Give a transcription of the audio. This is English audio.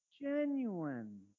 genuine